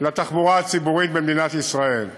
לתחבורה הציבורית במדינת ישראל.